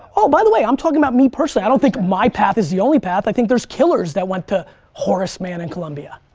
oh, by the way, i'm talking about me personally. i don't think my path is the only path. i think there's killers that went to horace mann in columbia.